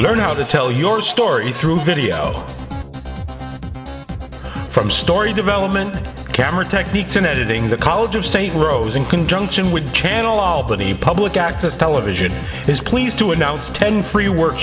learn how to tell your story through video from story development camera techniques in editing the college of st rose in conjunction with channel albany public access television is pleased to announce ten free work